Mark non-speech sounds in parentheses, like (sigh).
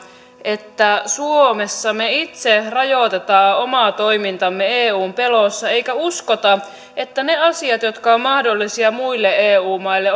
että suomessa me itse rajoitamme omaa toimintaamme eun pelossa emmekä usko että ne asiat jotka ovat mahdollisia muille eu maille (unintelligible)